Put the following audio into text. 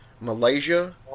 Malaysia